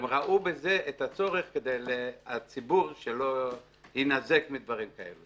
הם ראו בזה את הצורך של הציבור שלא יינזק מדברים כאלה.